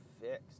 fixed